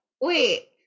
wait